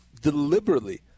deliberately